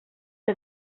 que